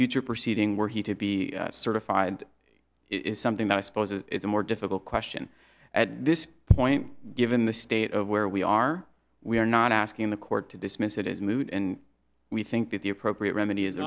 future proceeding were he to be certified is something that i suppose is a more difficult question at this point given the state of where we are we are not asking the court to dismiss it is moot and we think that the appropriate remedy is